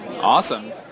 Awesome